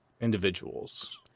individuals